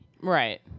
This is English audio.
Right